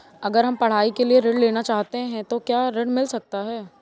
अगर हम पढ़ाई के लिए ऋण लेना चाहते हैं तो क्या ऋण मिल सकता है?